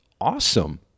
awesome